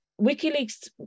WikiLeaks